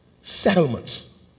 settlements